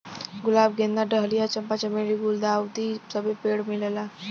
गुलाब गेंदा डहलिया चंपा चमेली गुल्दाउदी सबे पेड़ मिलेला